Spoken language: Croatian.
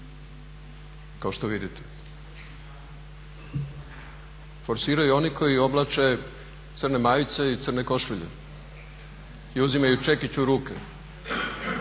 kao što vidite. Forsiraju oni koji oblače crne majice i crne košulje i uzimaju čekić u ruke